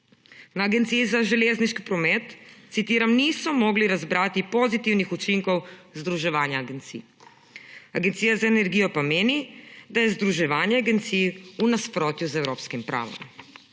Na Agenciji za železniški promet, citiram, »niso mogli razbrati pozitivnih učinkov združevanja agencij«, Agencija za energijo pa meni, da je združevanje agencij v nasprotju z evropskim pravom.